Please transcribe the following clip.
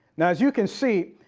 now as you can see,